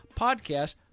podcast